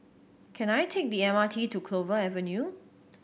can I take the M R T to Clover Avenue